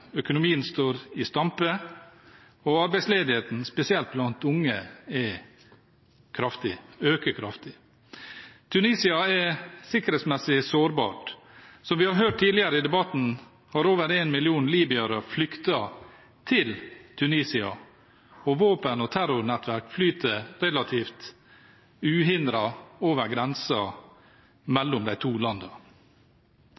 økonomien står i stampe, og arbeidsledigheten, spesielt blant unge, øker kraftig. Tunisia er sikkerhetsmessig sårbart. Som vi har hørt tidligere i debatten, har over en million libyere flyktet til Tunisia, og våpen og terrornettverk flyter relativt uhindret over